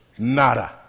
nada